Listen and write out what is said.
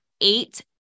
eight